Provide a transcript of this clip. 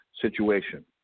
situation